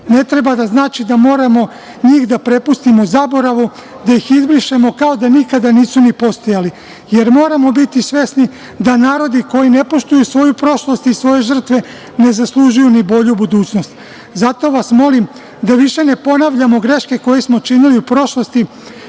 Ne treba da znači da moramo njih da prepustimo zaboravu, da ih izbrišemo, kao da nikada nisu ni postojali, jer moramo biti svesni da narodi koji ne poštuju svoju prošlost i svoje žrtve ne zaslužuju ni bolju budućnost. Zato vas molim da više ne ponavljamo greške koje smo činili u prošlosti,